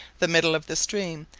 the middle of the stream,